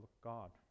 God